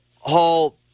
Hall